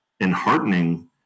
enheartening